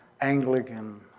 Anglican